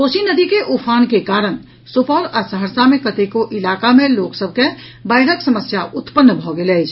कोसी नदी मे उफान के कारण सुपौल आ सहरसा के कतेको इलाका मे लोक सभ के बाढ़िक समस्या उत्पन्न भऽ गेल अछि